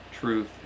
truth